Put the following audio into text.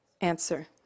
Answer